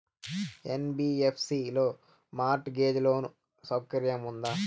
NBFC లో mortgage loan సౌకర్యం ఉందా?